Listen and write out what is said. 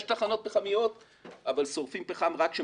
יש תחנות פחמיות אבל שורפים חם רק כאשר